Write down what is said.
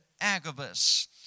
Agabus